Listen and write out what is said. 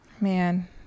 Man